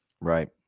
Right